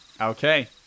Okay